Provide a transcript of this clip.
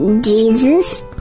Jesus